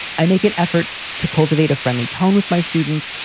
i make an effort to cultivate a friendly tone with my students,